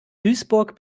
duisburg